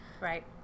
Right